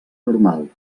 normal